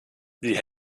sie